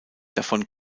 davon